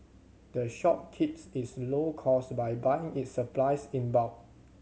the shop keeps its low cost by buying its supplies in bulk